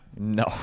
No